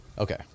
Okay